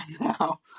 now